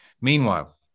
meanwhile